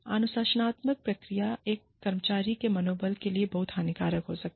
अनुशासनात्मक प्रक्रिया एक कर्मचारी के मनोबल के लिए बहुत हानिकारक हो सकती है